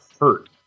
hurt